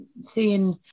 seeing